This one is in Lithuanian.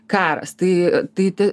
karas tai tai tik